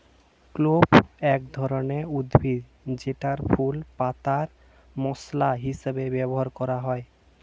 clove এক ধরনের উদ্ভিদ যেটার ফুল, পাতা মসলা হিসেবে ব্যবহার করা হয়